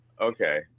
Okay